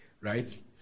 right